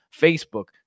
Facebook